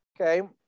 Okay